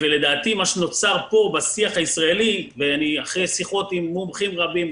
לדעתי מה שנוצר פה בשיח הישראלי ואני אחרי שיחות עם מומחים רבים,